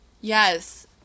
Yes